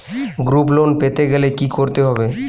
Group loan পেতে গেলে কি করতে হবে?